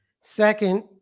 Second